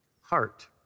heart